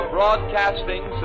Broadcasting